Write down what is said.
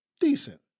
Decent